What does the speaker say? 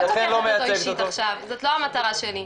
אותו אישית עכשיו, זאת לא המטרה שלי.